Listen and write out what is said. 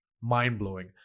mind-blowing